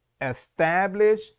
establish